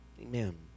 Amen